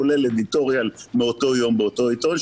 כולל editorial מאותו יום באותו עיתון,